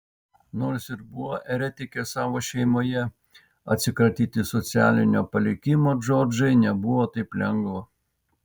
nors ir buvo eretikė savo šeimoje atsikratyti socialinio palikimo džordžai nebuvo taip lengva